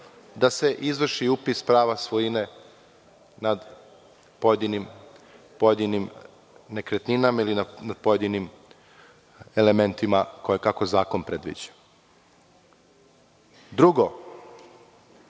da se izvrši upis prava svojine nad pojedinim nekretninama ili nad pojedinim elementima kako zakon predviđa? Drugo,